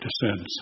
descends